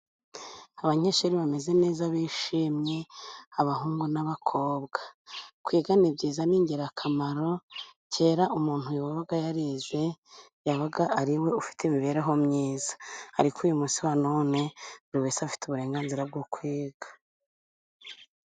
Abanyeshuri bameze neza bishimye, abahungu n'abakobwa. Kwiga ni byiza, ni ingirakamaro, kera umuntu wabaga yarize, yabaga ariwe ufite imibereho myiza. Ariko uyu munsi none, buri wese afite uburenganzira bwo kwiga.